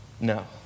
no